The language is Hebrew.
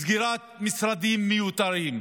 עם סגירת משרדים מיותרים.